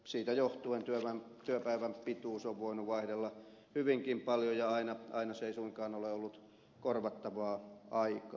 siitä johtuen työpäivän pituus on voinut vaihdella hyvinkin paljon ja aina se ei suinkaan ole ollut korvattavaa aikaa